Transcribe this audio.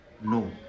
no